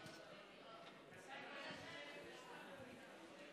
חברותיי וחבריי חברי הכנסת,